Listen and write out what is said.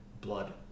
blood